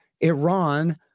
Iran